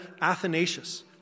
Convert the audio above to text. Athanasius